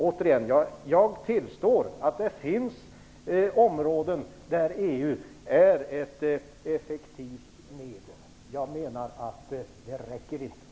Återigen vill jag säga att jag tillstår att det finns områden där EU är ett effektivt medel, men det räcker inte.